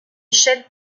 échelle